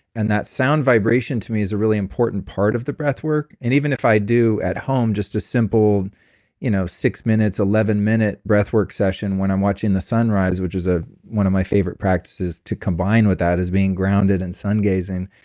and that sound vibration to me is a really important part of the breath work, and even if i do, at home, just a simple you know six minutes, eleven minute breath work session when i'm watching the sunrise which is ah one of my favorite practices to combine with that is being grounded and sun gazing.